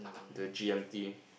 the G_M_T A